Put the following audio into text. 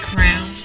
Crown